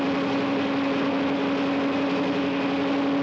he